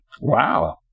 Wow